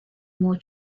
more